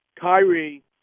Kyrie